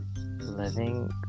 living